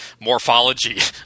morphology